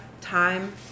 time